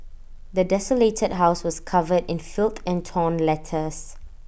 the desolated house was covered in filth and torn letters